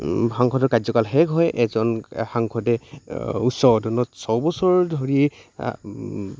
সাংসদৰ কাৰ্যকাল শেষ হয় এজন সাংসদে উচ্চ সদনত ছয় বছৰ ধৰি